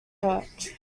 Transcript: church